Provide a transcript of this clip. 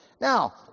now